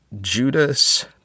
Judas